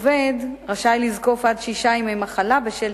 עובד רשאי לזקוף עד שישה ימי מחלה בשל